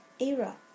era